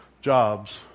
jobs